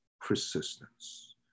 persistence